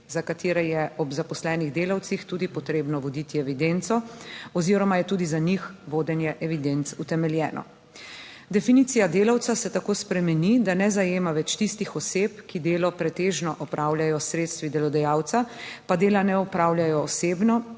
za katere je ob zaposlenih delavcih tudi potrebno voditi evidenco oziroma je tudi za njih vodenje evidenc utemeljeno. Definicija delavca se tako spremeni, da ne zajema več tistih oseb, ki delo pretežno opravljajo s sredstvi delodajalca, pa dela ne opravljajo osebno